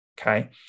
okay